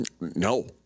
No